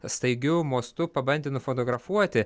staigiu mostu pabandė nufotografuoti